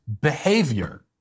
behavior